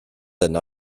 yno